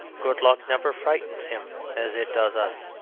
good luck never frightens him as it does us.